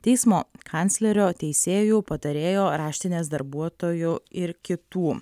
teismo kanclerio teisėjų patarėjo raštinės darbuotojų ir kitų